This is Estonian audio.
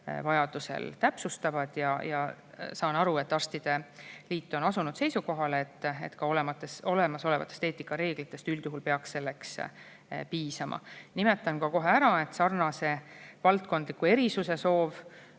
vajaduse korral täpsustavad. Saan aru, et arstide liit on asunud seisukohale, et ka olemasolevatest eetikareeglitest peaks üldjuhul piisama. Ütlen ka kohe ära, et sarnase valdkondliku erisuse soove